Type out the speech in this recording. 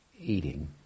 eating